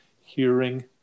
hearing